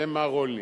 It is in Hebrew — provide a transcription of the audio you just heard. זה מר רולניק.